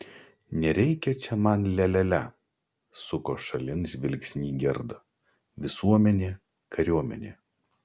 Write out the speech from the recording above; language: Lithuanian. nereikia čia man lia lia lia suko šalin žvilgsnį gerda visuomenė kariuomenė